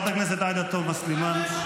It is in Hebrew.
עאידה תומא סלימאן,